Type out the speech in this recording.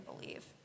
believe